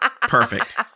Perfect